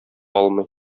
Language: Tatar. алмый